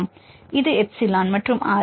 இது எப்சிலன் மற்றும் R